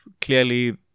Clearly